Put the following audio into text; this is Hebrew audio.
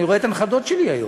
אני רואה את הנכדות שלי היום,